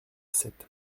sept